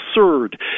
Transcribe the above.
absurd